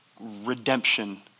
redemption